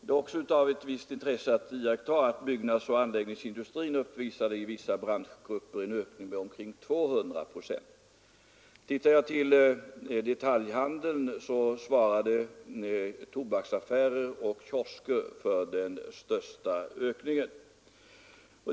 Det är också av ett visst intresse att iaktta att byggnadsoch anläggningsindustrin i vissa branschgrupper visade en ökning med omkring 200 procent. Inom detaljhandeln svarade tobaksaffärer och kiosker för den största ökningen.